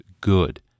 good